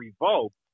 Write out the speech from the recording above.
revoked